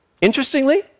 Interestingly